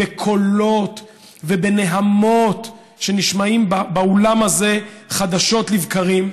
בקולות ובנהמות שנשמעים באולם הזה חדשות לבקרים.